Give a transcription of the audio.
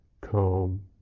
calm